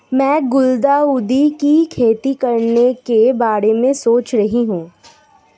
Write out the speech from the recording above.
मैं गुलदाउदी की खेती करने के बारे में सोच रही हूं